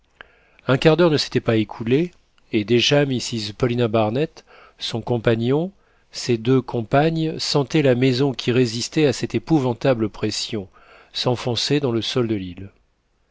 un quart d'heure ne s'était pas écoulé et déjà mrs paulina barnett son compagnon ses deux compagnes sentaient la maison qui résistait à cette épouvantable pression s'enfoncer dans le sol de l'île